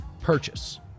purchase